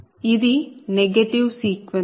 ఇది negative sequence